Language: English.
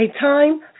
time